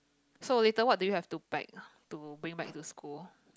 so later what do you have to pack to bring back to school